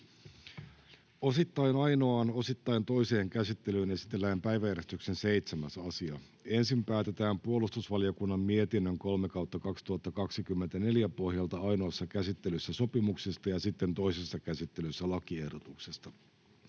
Osittain ainoaan, osittain toiseen käsittelyyn esitellään päiväjärjestyksen 7. asia. Ensin päätetään puolustusvaliokunnan mietinnön PuVM 3/2024 vp pohjalta ainoassa käsittelyssä sopimuksesta ja sitten toisessa käsittelyssä lakiehdotuksesta.